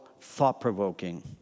thought-provoking